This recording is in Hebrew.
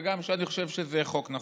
וגם אני חושב שזה חוק נכון.